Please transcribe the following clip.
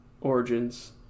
Origins